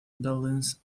buildings